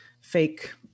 fake